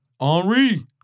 Henry